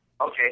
Okay